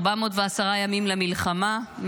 410 ימים למלחמה,